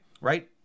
right